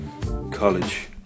college